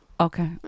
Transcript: Okay